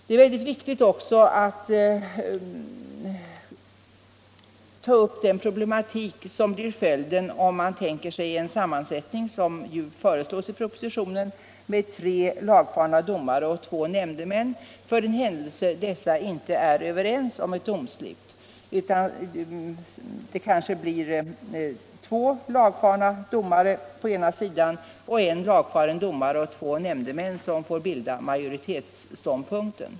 Det är också viktigt att ta upp den problematik som blir följden om man, som föreslås i propositionen, tänker sig en sammansättning med tre lagfarna domare och två nämndemän och rätten inte är överens om ett domslut utan det kanske blir två lagfarna domare på ena sidan och en lagfaren domare och två nämndemän som får representera majoritetsståndpunkten.